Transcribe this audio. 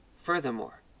Furthermore